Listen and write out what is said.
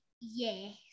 Yes